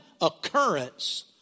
occurrence